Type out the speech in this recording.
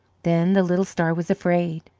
then the little star was afraid.